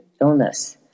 illness